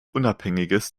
unabhängiges